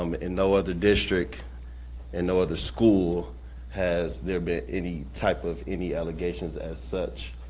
um and no other district and no other school has there been any type of any allegations as such.